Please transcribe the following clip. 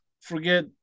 Forget